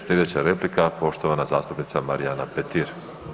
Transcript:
Slijedeća replika, poštovana zastupnica Marijana Petir.